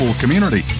community